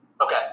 Okay